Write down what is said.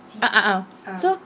uh uh uh